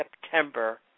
September